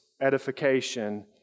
edification